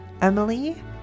Emily